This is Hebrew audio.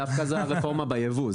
דווקא זה הרפורמה בייבוא,